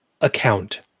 account